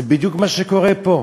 זה בדיוק מה שקורה פה,